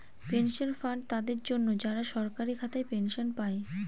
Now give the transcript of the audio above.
pension fund তাদের জন্য, যারা সরকারি খাতায় পেনশন পায়